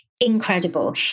incredible